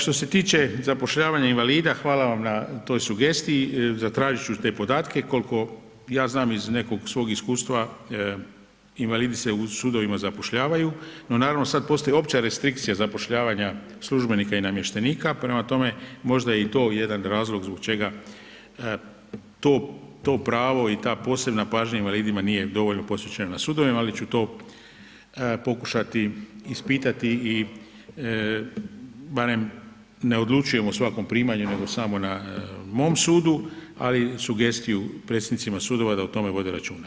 Što se tiče zapošljavanja invalida, hvala vam na toj sugestiji, zatražit ću te podatke, koliko ja znam iz nekog svog iskustava invalidi se u sudovima zapošljavaju no naravno sad postoji opća restrikcija zapošljavanja službenika i namještenika prema tome možda je i to jedan razlog zbog čega to pravo i ta posebna pažnja invalidima nije dovoljno posvećena na sudovima, ali ću to pokušati ispitati i barem, ne odlučujem o svakom primanju nego samo na mom sudu, ali sugestiju predsjednicima sudova da o tome vode računa.